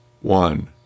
one